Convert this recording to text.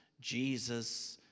Jesus